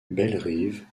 bellerive